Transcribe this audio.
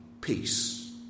peace